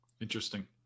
Interesting